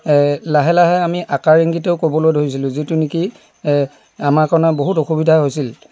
লাহে লাহে আমি আকাৰ ইংগিতেও ক'বলৈ লৈছিলোঁ যিটো নেকি আমাৰ কাৰণে বহুত অসুবিধা হৈছিল